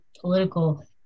political